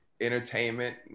entertainment